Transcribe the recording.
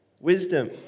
wisdom